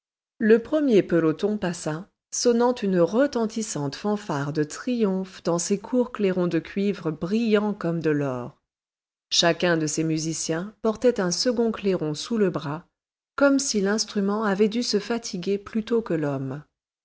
le premier peloton passa sonnant une retentissante fanfare de triomphe dans ses courts clairons de cuivre brillants comme de l'or chacun de ces musiciens portait un second clairon sous le bras comme si l'instrument avait dû se fatiguer plutôt que l'homme